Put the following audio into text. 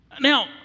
Now